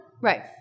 Right